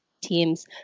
teams